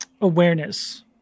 awareness